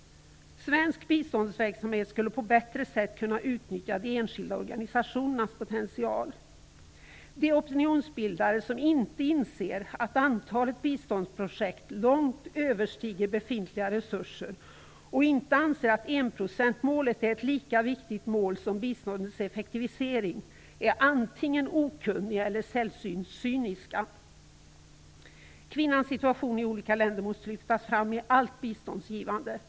Svensk biståndsverksamhet skulle på ett bättre sätt kunna utnyttja de enskilda organisationernas potential. De opinionsbildare som inte inser att antalet biståndsprojekt långt överstiger befintliga resurser och inte anser att enprocentsmålet är ett lika viktigt mål som biståndets effektivisering är antingen okunniga eller sällsynt cyniska. Kvinnans situation i olika länder måste lyftas fram i allt biståndsgivande.